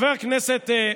חבר הכנסת,